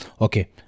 Okay